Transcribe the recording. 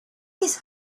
his